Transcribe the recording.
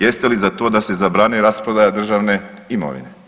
Jeste li za to da se zabrani rasprodaja državne imovine?